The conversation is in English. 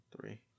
three